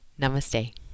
Namaste